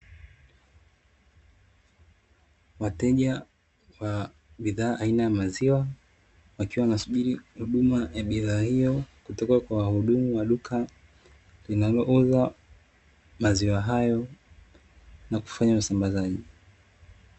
Wateja wa bidhaa aina ya maziwa wakiwa wanasubiri kutoka kwa wahudumu wa duka wanaouza maziwa hayo na kufanya usambazaji.